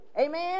Amen